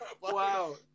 Wow